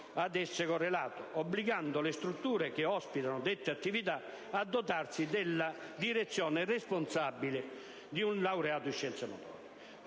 ad esse correlato, obbligando le strutture che ospitano dette attività a dotarsi della direzione responsabile di un laureato in scienze motorie.